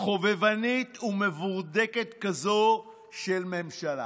חובבנית ומבורדקת כזו של ממשלה.